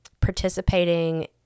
participating